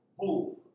Move